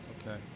Okay